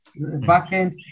backend